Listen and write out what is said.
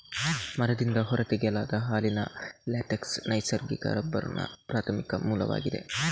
ಮರದಿಂದ ಹೊರ ತೆಗೆಯಲಾದ ಹಾಲಿನ ಲ್ಯಾಟೆಕ್ಸ್ ನೈಸರ್ಗಿಕ ರಬ್ಬರ್ನ ಪ್ರಾಥಮಿಕ ಮೂಲವಾಗಿದೆ